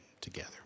together